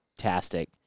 Fantastic